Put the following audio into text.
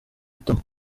itama